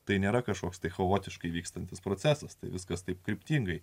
tai nėra kažkoks tai chaotiškai vykstantis procesas tai viskas taip kryptingai